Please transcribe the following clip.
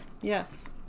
Yes